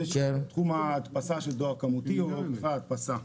יש את תחום ההדפסה של דואר כמותי והדפסה.